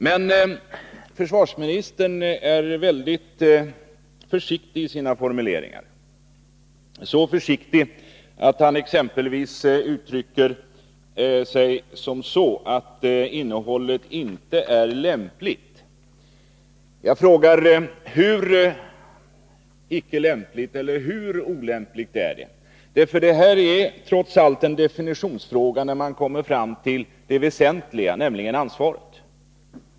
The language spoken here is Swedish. Men försvarsministern är väldigt försiktig i sina formuleringar, så försiktig att han exempelvis uttrycker sig som så att innehållet inte är lämpligt. Jag frågar då: Hur olämpligt är det? Det här är trots allt en definitionsfråga när man kommer till det väsentliga, nämligen ansvaret.